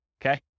Okay